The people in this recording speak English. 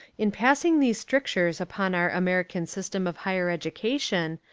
in passing these strictures upon our ameri can system of higher education,